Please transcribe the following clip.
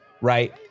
right